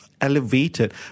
elevated